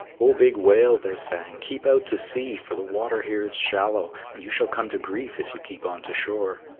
oh, big whale, they sang, keep out to sea, for the water here is shallow and you shall come to grief if you keep on to shore.